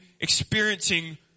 experiencing